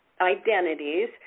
identities